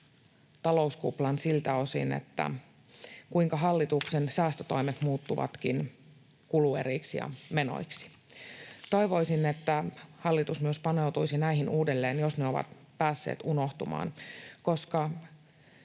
talouskuplan siltä osin, kuinka hallituksen säästötoimet muuttuvatkin kulueriksi ja menoiksi. Toivoisin, että hallitus myös paneutuisi näihin uudelleen, jos ne ovat päässeet unohtumaan, koska